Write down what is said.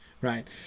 right